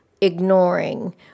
ignoring